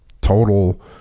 total